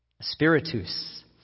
Spiritus